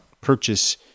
purchase